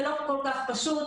זה לא כל כך פשוט.